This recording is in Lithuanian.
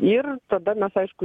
ir tada mes aišku